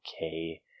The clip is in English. okay